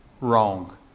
Wrong